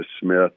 Smith